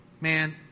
Man